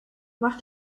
mach